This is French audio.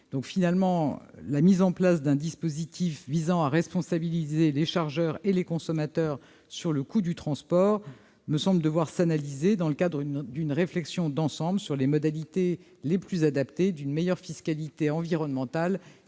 Finalement, la mise en place d'un dispositif tendant à responsabiliser les chargeurs et les consommateurs quant au coût du transport devrait, à mon sens, faire l'objet d'une réflexion d'ensemble sur les modalités les plus adaptées d'une meilleure fiscalité environnementale,